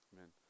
Amen